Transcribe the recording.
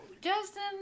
Justin